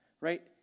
right